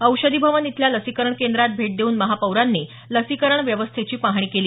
औषधी भवन इथल्या लसीकरण केंद्रास भेट देऊन महापौरांनी लसीकरण व्यवस्थेची पाहणी केली